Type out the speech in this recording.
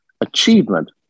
achievement